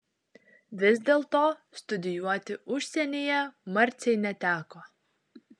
vis dėlto studijuoti užsienyje marcei neteko